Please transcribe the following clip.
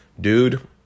dude